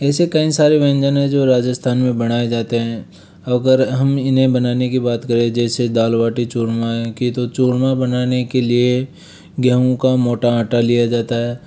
ऐसे कई सारे व्यंजन है जो राजस्थान में बनाए जाते हैं अगर हम इन्हें बनाने की बात करें जैसे दाल बाटी चूरमा की तो चूरमा बनाने के लिए गेहूँ का मोटा आटा लिया जाता है